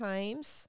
Times